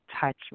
Touch